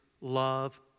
love